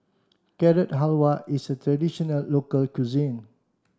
Carrot Halwa is a traditional local cuisine